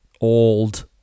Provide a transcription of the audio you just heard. old